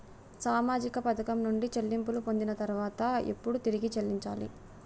సామాజిక పథకం నుండి చెల్లింపులు పొందిన తర్వాత ఎప్పుడు తిరిగి చెల్లించాలి?